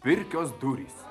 pirkios durys